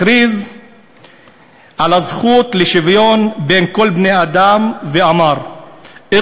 הכריז על הזכות לשוויון בין כל בני-האדם ואמר: